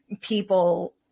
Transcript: people